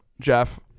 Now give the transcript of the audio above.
jeff